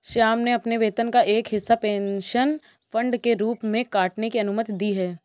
श्याम ने अपने वेतन का एक हिस्सा पेंशन फंड के रूप में काटने की अनुमति दी है